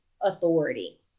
authority